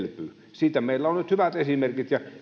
siitä meillä on nyt hyvät esimerkit ja